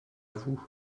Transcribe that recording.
vous